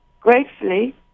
gratefully